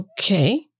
Okay